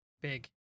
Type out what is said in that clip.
Big